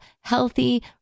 healthy